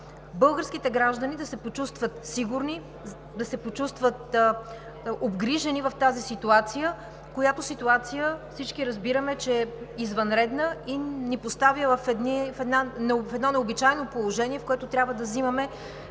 българските граждани да се почувстват сигурни, да се почувстват обгрижени в тази ситуация, която ситуация всички разбираме, че е извънредна и ни поставя в едно необичайно положение, в което трябва да вземаме